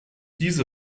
diese